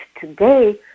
today